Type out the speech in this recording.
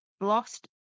lost